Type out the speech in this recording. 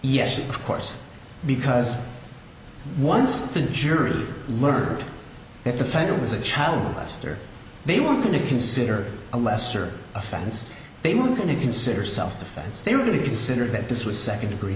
yes of course because once the jury learned that the fire was a child molester they weren't going to consider a lesser offense they were going to consider self defense they were going to consider that this was second degree